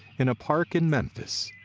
in a park in memphis,